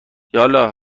یالا